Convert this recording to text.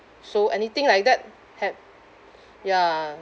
so anything like that hap~ ya